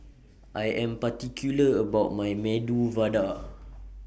I Am particular about My Medu Vada